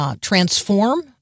Transform